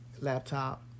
laptop